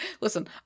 Listen